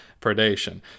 predation